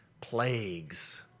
plagues